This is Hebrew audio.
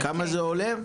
כמה זה עולה?